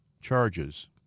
charges